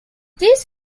this